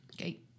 Okay